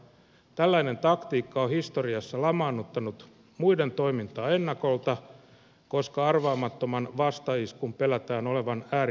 tällainen taktiikka on historiassa lamaannuttanut muiden toimintaa ennakolta koska arvaamattoman vastaiskun pelätään olevan äärimmäisen jyrkkä